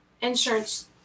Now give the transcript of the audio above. insurance